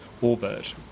orbit